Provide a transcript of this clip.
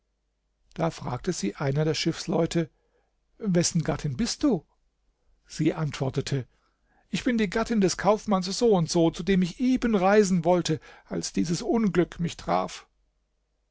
da fragte sie einer der schiffsleute wessen gattin bist du sie antwortete ich bin die gattin des kaufmanns n n zu dem ich eben reisen wollte als dieses unglück mich traf